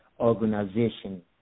organization